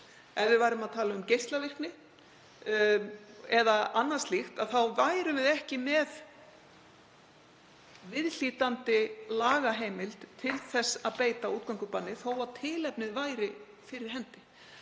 mjög hratt út eða geislavirkni eða annað slíkt. Þá værum við ekki með viðhlítandi lagaheimild til þess að beita útgöngubanni þótt tilefnið væri fyrir hendi.